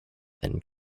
and